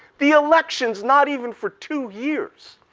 the election's not even for two years.